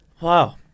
Wow